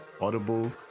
Audible